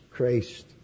Christ